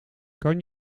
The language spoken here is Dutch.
kan